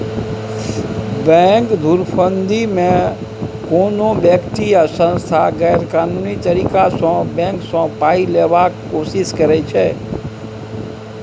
bank धुरफंदीमे कोनो बेकती या सँस्था गैरकानूनी तरीकासँ बैंक सँ पाइ लेबाक कोशिश करै छै